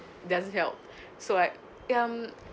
doesn't help so I um